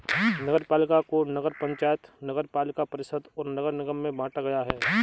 नगरपालिका को नगर पंचायत, नगरपालिका परिषद और नगर निगम में बांटा गया है